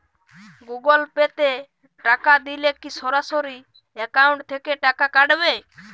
Google Pay তে টাকা দিলে কি সরাসরি অ্যাকাউন্ট থেকে টাকা কাটাবে?